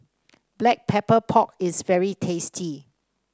Black Pepper Pork is very tasty